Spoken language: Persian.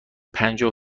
پنجاه